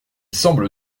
semble